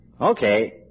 Okay